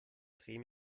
dreh